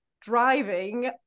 driving